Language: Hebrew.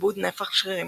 איבוד נפח שרירים,